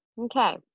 okay